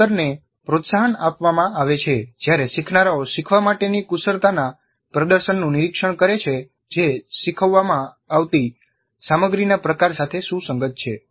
ભણતરને પ્રોત્સાહન આપવામાં આવે છે જ્યારે શીખનારાઓ શીખવા માટેની કુશળતાના પ્રદર્શનનું નિરીક્ષણ કરે છે જે શીખવવામાં આવતી સામગ્રીના પ્રકાર સાથે સુસંગત છે